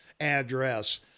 address